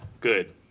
good